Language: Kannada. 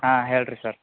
ಹಾಂ ಹೇಳಿರಿ ಸರ್